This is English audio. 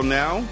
now